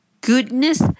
goodness